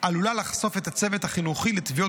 עלולה לחשוף את הצוות החינוכי לתביעות